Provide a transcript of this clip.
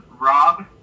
Rob